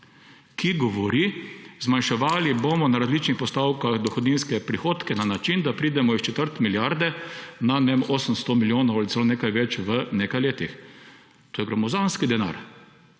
ki govori, zmanjševali bomo na različnih postavkah dohodninske prihodke na način, da pridemo s četrt milijarde na, ne vem, 800 milijonov ali celo nekaj več v nekaj letih. To je gromozanski denar.